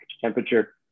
Temperature